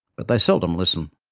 but they seldom listen.